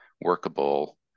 workable